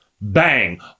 Bang